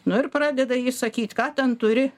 nu ir pradeda ji sakyt ką ten turi